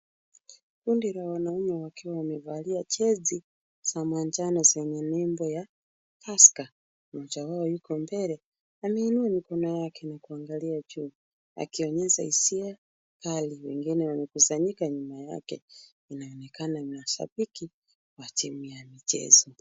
Kundi la wanaume wakiwa wamevalia jezi za manjano zenye nembo ya Tusker. Mmoja wao yuko mbele, ameinua mikono yake na kuangalia juu, akionyesha hisia kali. Wengine wamekusanyika nyuma yake. Inaonekana ni mashabiki wa timu ya michezo.